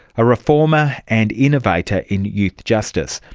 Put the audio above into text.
a reformer and innovator in youth justice,